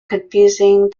confusing